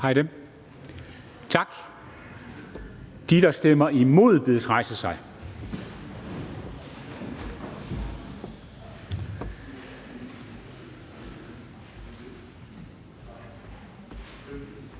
rejse sig. Tak. De, der stemmer imod, bedes rejse sig.